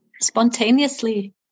spontaneously